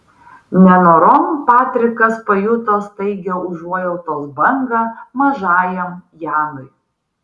nenorom patrikas pajuto staigią užuojautos bangą mažajam janui